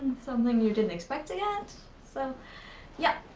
something you didn't expect to get? so yeah.